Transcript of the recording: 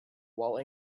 while